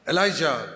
Elijah